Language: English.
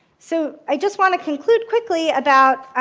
so i just want to conclude quickly about,